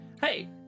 Hey